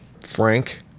Frank